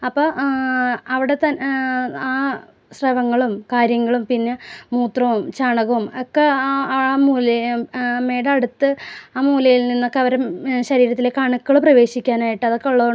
അപ്പം അവിടുത്തെ ആ ശ്രവങ്ങളും കാര്യങ്ങളും പിന്നെ മൂത്രവും ചാണകവും ഒക്കെ ആ ആ മൂലയ് അമ്മയുടെ അടുത്ത് ആ മുലയിൽ നിന്നൊക്കെ അവര് ശരീരത്തിലേക്ക് അണുക്കൾ പ്രവേശിക്കാനായിട്ട് അതൊക്കെ ഉള്ളത് കൊണ്ട്